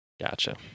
Gotcha